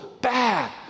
bad